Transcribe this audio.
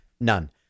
none